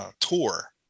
tour